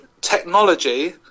technology